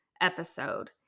episode